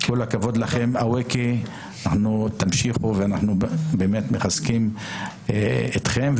כל הכבוד לכם, אווקה, תמשיכו, ואנחנו מחזקים אתכם.